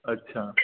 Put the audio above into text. अच्छा